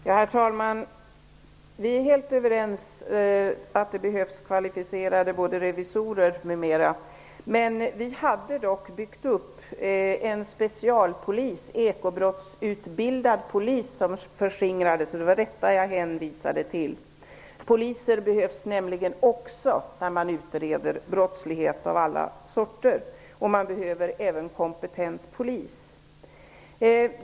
Herr talman! Vi är helt överens om att det behövs kvalificerade revisorer m.m. Men vi hade dock byggt upp en specialpolis, ekobrottsutbildad polis, vars medel förskingrades. Det var detta jag hänvisade till. Poliser behövs nämligen vid utredning av alla sorters brottslighet, och man behöver även kompetenta poliser.